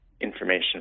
information